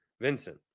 Vincent